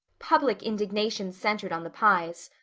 public indignation centered on the pyes.